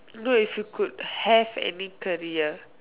no if you could have any career